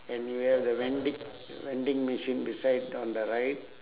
anyway the vending vending machine beside on the right